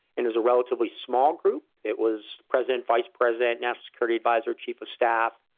it was a relatively small group. it was president, vice president, national security adviser, chief of staff,